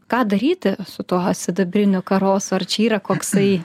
ką daryti su tuo sidabriniu karosu ar čia yra koksai